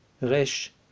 resh